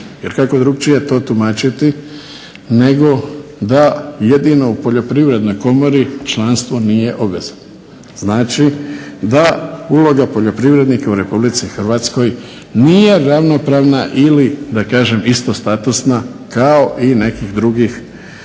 Jer kako drugačije to tumačiti nego da jedino u Poljoprivrednoj komori članstvo nije obveza. Znači da uloga poljoprivrednika u RH nije ravnopravna ili da kažem istostatusna kao i nekih drugih